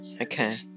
okay